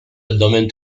abdomen